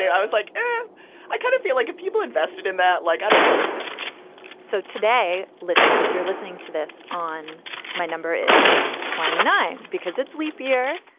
i was like, and i kind of feel like people invested in that. like, i don't feel too bad for them so today, listeners, you're listening to this on my number is twenty nine. because it's leap year.